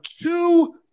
two